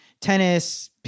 tennis